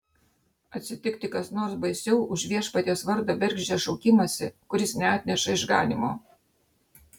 atsitikti kas nors baisiau už viešpaties vardo bergždžią šaukimąsi kuris neatneša išganymo